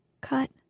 Cut